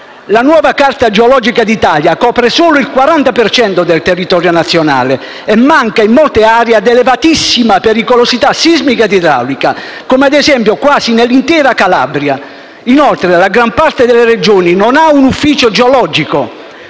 La nuova carta geologica d'Italia copre solo il 40 per cento del territorio nazionale; mancano molte aree ad elevatissima pericolosità sismica ed idraulica, come ad esempio quasi l'intera Calabria. Inoltre, la gran parte delle Regioni non ha un ufficio geologico.